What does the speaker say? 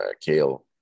Kale